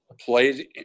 Played